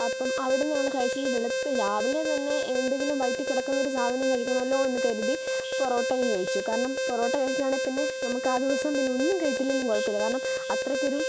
അപ്പം അവിടുന്ന് ഞങ്ങൾ കഴിച്ചത് വെളുപ്പിന് രാവിലെ തന്നെ എന്തെങ്കിലും വയറ്റിൽ കിടക്കുന്ന ഒരു സാധനം കഴിക്കണമല്ലോ എന്ന് കരുതി പൊറോട്ടയും കഴിച്ചു കാരണം പൊറോട്ട കഴിക്കുവാണെങ്കിൽ പിന്നെ നമുക്ക് ആ ദിവസം പിന്നെ ഒന്നും കഴിച്ചില്ലെങ്കിലും കുഴപ്പമില്ല കാരണം അത്രയ്ക്കൊരു